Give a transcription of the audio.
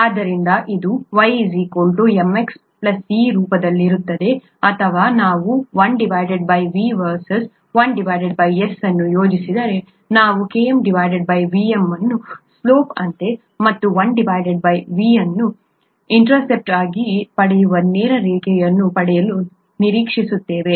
ಆದ್ದರಿಂದ ಇದು y mx c ರೂಪದಲ್ಲಿರುತ್ತದೆ ಅಥವಾ ನಾವು 1 V ವರ್ಸಸ್ 1 S ಅನ್ನು ಯೋಜಿಸಿದರೆ ನಾವು KmVm ಅನ್ನು ಸ್ಲೋಪ್ ಅಂತೆ ಮತ್ತು 1 Vm ಅನ್ನು ಇಂಟರ್ಸೆಪ್ಟ್ ಆಗಿ ಪಡೆಯುವ ನೇರ ರೇಖೆಯನ್ನು ಪಡೆಯಲು ನಿರೀಕ್ಷಿಸುತ್ತೇವೆ